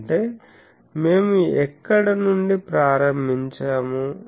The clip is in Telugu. అంటే మేము ఎక్కడ నుండి ప్రారంభించాము